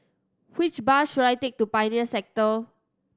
which bus should I take to Pioneer Sector